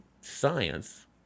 science